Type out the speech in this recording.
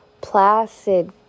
placid